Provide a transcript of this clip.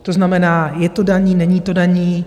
To znamená, je to daní, není to daní?